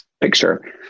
picture